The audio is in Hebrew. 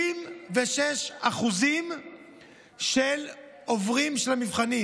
96% עוברים את המבחנים.